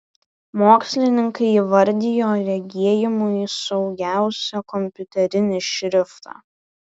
mokslininkai įvardijo regėjimui saugiausią kompiuterinį šriftą